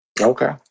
Okay